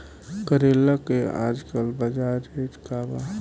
करेला के आजकल बजार रेट का बा?